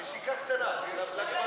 חיבוק ונשיקה ליש עתיד.